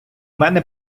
мене